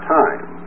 time